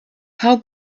how